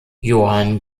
johann